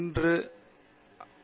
பேராசிரியர் பிரதாப் ஹரிதாஸ் சரி